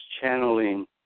channeling